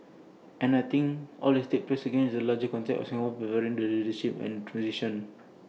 and I think all this takes place again in that larger context of Singapore preparing for its leadership and transition